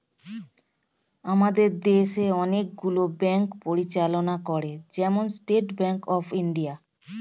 আমাদের দেশ অনেক গুলো ব্যাঙ্ক পরিচালনা করে, যেমন স্টেট ব্যাঙ্ক অফ ইন্ডিয়া